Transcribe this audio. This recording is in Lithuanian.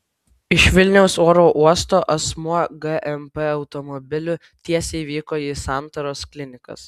iš vilniaus oro uosto asmuo gmp automobiliu tiesiai vyko į santaros klinikas